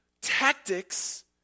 tactics